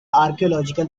archaeological